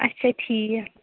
اچھا ٹھیٖک